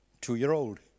Two-year-old